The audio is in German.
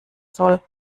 soll